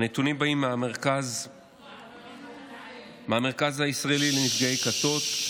הנתונים באים מהמרכז הישראלי לנפגעי כתות: